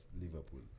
Liverpool